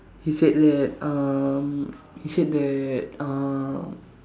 he said that um he said that uh